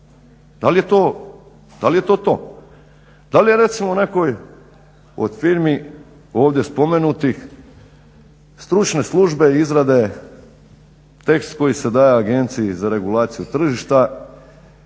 Da li je to to? Da li je recimo nekoj od firmi ovdje spomenutih stručne službe izrade tekst koji se daje Agenciji za regulaciju tržišta,